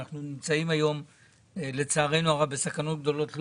אנחנו נמצאים היום לצערנו הרב בסכנות גדולות.